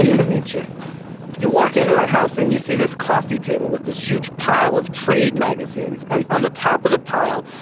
to meet you you walk into the house, and you see this coffee table with this huge pile of trade magazines. and on the top of the pile,